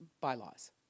bylaws